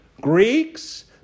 Greeks